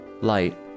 light